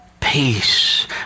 peace